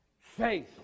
faith